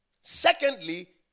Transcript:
Secondly